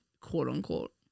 quote-unquote